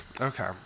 Okay